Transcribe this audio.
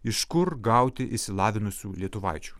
iš kur gauti išsilavinusių lietuvaičių